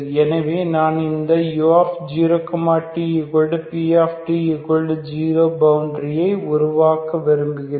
எனவே நான் இந்த u0 tpt0 பவுண்டரியை உருவாக்க விரும்புகிறேன்